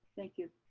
thank you.